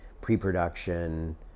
pre-production